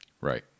Right